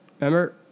remember